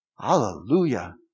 Hallelujah